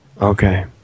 Okay